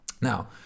now